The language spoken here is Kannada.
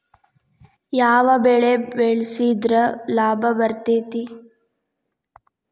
ಯಾವ ಬೆಳಿ ಬೆಳ್ಸಿದ್ರ ಲಾಭ ಬರತೇತಿ?